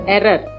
Error